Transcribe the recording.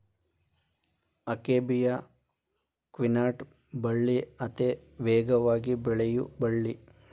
akebia quinata ಬಳ್ಳಿ ಅತೇ ವೇಗವಾಗಿ ಬೆಳಿಯು ಬಳ್ಳಿ